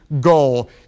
goal